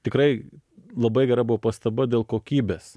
tikrai labai gera buvo pastaba dėl kokybės